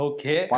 Okay